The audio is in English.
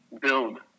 build